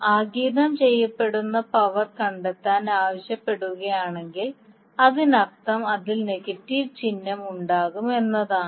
ആഗിരണം ചെയ്യപ്പെടുന്ന പവർ കണ്ടെത്താൻ ആവശ്യപ്പെടുകയാണെങ്കിൽ അതിനർത്ഥം അതിൽ നെഗറ്റീവ് ചിഹ്നം ഉണ്ടാകും എന്നാണ്